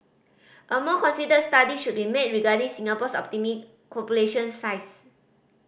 a more considered study should be made regarding Singapore's population size